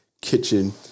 kitchen